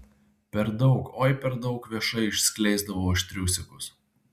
per daug oi per daug viešai išskleisdavau aš triusikus